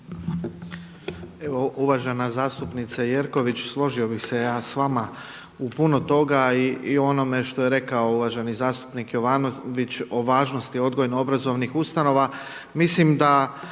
Evo uvažena zastupnice Jerković, složio bih se ja sa vama u puno toga i u onome što je rekao uvaženi zastupnik Jovanović o važnosti odgojno-obrazovnih ustanova.